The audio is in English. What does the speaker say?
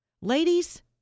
Ladies